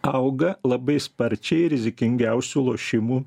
auga labai sparčiai rizikingiausių lošimų